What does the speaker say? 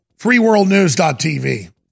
freeworldnews.tv